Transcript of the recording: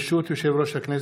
ברשות יושב-ראש הישיבה,